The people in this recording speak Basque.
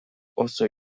oso